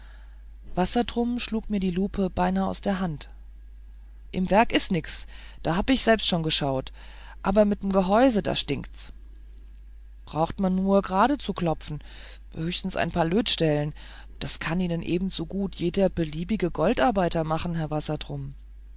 zottmann wassertrum schlug mir die lupe beinahe aus der hand im werk is nix da hab ich schon selber geschaut aber mit'm gehäuse da stinkt's braucht man nur gerade zu klopfen höchstens ein paar lötstellen das kann ihnen ebensogut jeder beliebige goldarbeiter machen herr